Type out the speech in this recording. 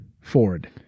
Ford